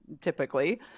typically